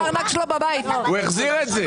הוא החזיר את זה.